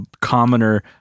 commoner